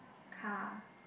car